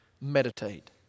Meditate